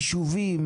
איזה יישובים,